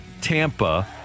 Tampa